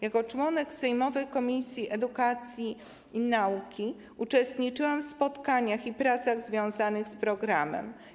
Jako członek sejmowej komisji edukacji i nauki uczestniczyłam w spotkaniach i pracach związanych z programem.